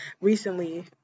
recently